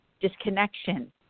disconnection